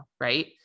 Right